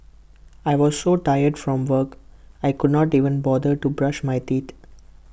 I was so tired from work I could not even bother to brush my teeth